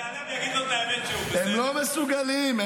--- הם לא מסוגלים,